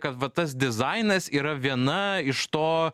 kad va tas dizainas yra viena iš to